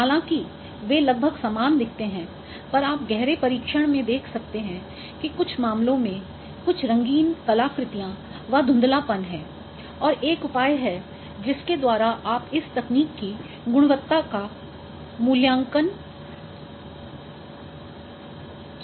हालांकि वे लगभग समान दिखते हैं पर आप गहरे परीक्षण में देख सकते हैं कि कुछ मामलों में कुछ रंगीन कलाकृतियां व धुंधलापन है और एक उपाय है जिसके द्वारा इस तकनीक की गुणवत्ता का मूल्यांकन किया जा सकता है